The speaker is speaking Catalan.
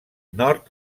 nord